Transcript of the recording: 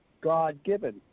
God-given